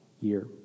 year